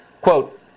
Quote